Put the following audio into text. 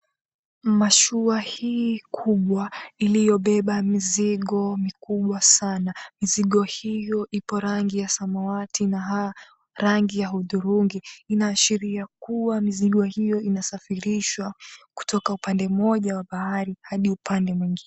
Mashua hii kubwa iliyobeba mizigo mikubwa sana, mizigo hiyo ipo rangi ya samawati na rangi ya hudhurungi inaashiria kuwa mizigo hiyo inasafirishwa kutoka upande mmoja wa bahari hadi upande mwingine.